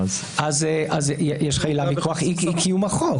יש לך עילה מכוח אי-קיום החוק.